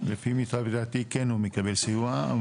לפי מיטב ידיעתי, כן הוא מקבל סיוע.